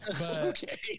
Okay